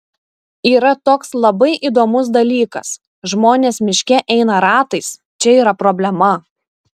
yra toks labai įdomus dalykas žmonės miške eina ratais čia yra problema